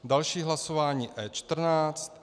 Další hlasování E14.